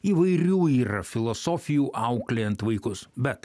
įvairių yra filosofijų auklėjant vaikus bet